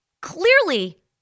clearly –